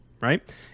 right